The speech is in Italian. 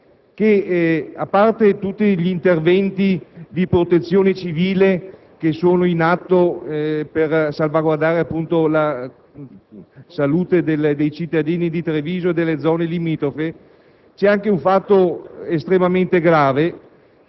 a parte tutti gli interventi di protezione civile che sono in atto per salvaguardare la salute dei cittadini di Treviso e delle zone limitrofe, c'è un altro fatto estremamente grave: